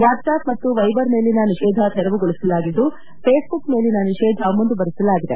what's app ಮತ್ತು Viber ಮೇಲಿನ ನಿಷೇಧ ತೆರವುಗೊಳಿಸಲಾಗಿದ್ದು ಫೇಸ್ಬುಕ್ ಮೇಲಿನ ನಿಷೇಧ ಮುಂದುವರಿಸಲಾಗಿದೆ